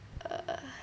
err